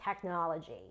technology